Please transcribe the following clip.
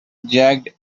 jagged